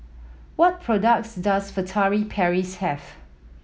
what products does Furtere Paris have